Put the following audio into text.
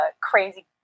crazy